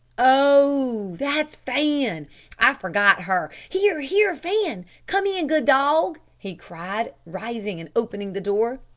oh! that's fan i forgot her. here! here! fan! come in, good dog, he cried rising and opening the door.